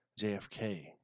JFK